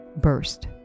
burst